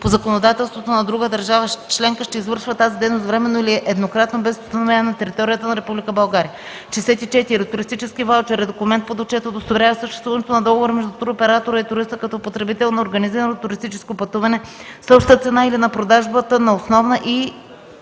по законодателството на друга държава членка, ще извършва тази дейност временно или еднократно без установяване на територията на Република България. 64. „Туристически ваучер” е документ под отчет, удостоверяващ съществуването на договор между туроператора и туриста като потребител на организирано туристическо пътуване с обща цена или на продажбата на основна/и